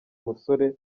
musore